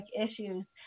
issues